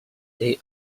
they